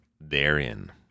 therein